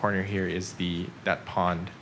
corner here is the that pond